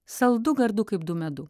saldu gardu kaip du medu